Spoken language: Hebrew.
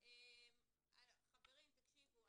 --- חברים, תקשיבו.